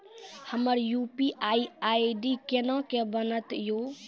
हमर UPI ID कोना के बनत यो?